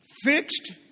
Fixed